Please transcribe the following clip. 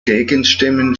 gegenstimmen